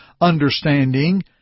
understanding